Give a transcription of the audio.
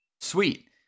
sweet